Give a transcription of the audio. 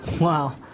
Wow